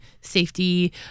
safety